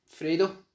Fredo